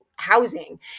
housing